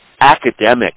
academic